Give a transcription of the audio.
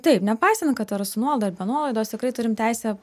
taip nepaisant kad yra su nuolaida ar be nuolaidos tikrai turim teisę